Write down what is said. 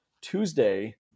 Tuesday